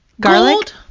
Garlic